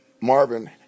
Marvin